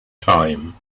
time